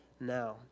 now